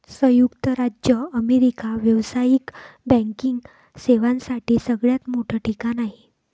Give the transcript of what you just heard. संयुक्त राज्य अमेरिका व्यावसायिक बँकिंग सेवांसाठी सगळ्यात मोठं ठिकाण आहे